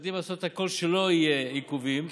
משתדלים לעשות הכול שלא יהיו עיכובים,